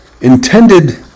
intended